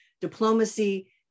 diplomacy